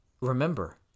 remember